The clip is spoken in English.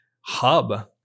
hub